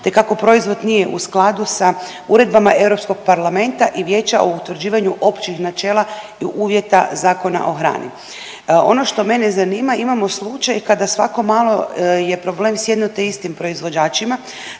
te kako proizvod nije u skladu sa Uredbama Europskog parlamenta i Vijeća o utvrđivanju općih načela i uvjeta Zakona o hrani. Ono što mene zanima, imamo slučaj kada svako malo je problem sa jedno te istim proizvođačima,